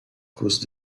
cause